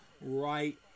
right